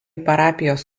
parapijos